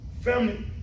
Family